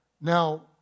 Now